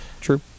True